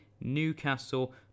Newcastle